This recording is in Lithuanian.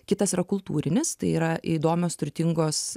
kitas yra kultūrinis tai yra įdomios turtingos